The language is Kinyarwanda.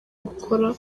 gukora